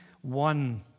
one